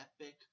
epic